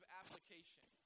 application